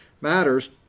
matters